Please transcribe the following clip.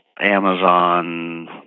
Amazon